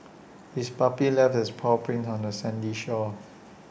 the puppy left its paw prints on the sandy shore